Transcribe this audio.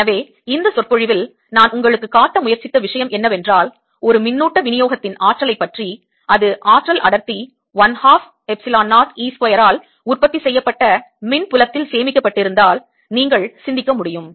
எனவே இந்த சொற்பொழிவில் நான் உங்களுக்குக் காட்ட முயற்சித்த விஷயம் என்னவென்றால் ஒரு மின்னூட்ட விநியோகத்தின் ஆற்றலைப் பற்றி அது ஆற்றல் அடர்த்தி 1 ஹாஃப் எப்சிலான் 0 E ஸ்கொயர் ஆல் உற்பத்தி செய்யப்பட்ட மின் புலத்தில் சேமிக்கப்பட்டு இருந்தால் நீங்கள் சிந்திக்க முடியும்